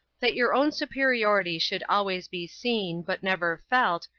that your own superiority should always be seen, but never felt,